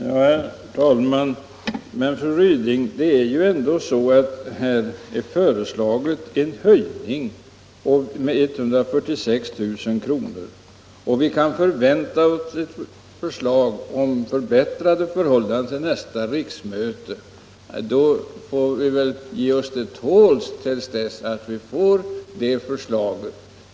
Herr talman! Men, fru Ryding, det har ändå föreslagits en höjning med 146 000 kr., och vi kan dessutom till nästa riksmöte förvänta oss ett förslag, som ger ytterligare förbättringar. Vi får väl under sådana förhållanden ge oss till tåls till dess att detta förslag framläggs.